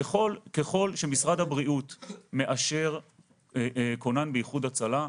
ככל שמשרד הבריאות מאשר כונן באיחוד הצלה,